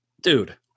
dude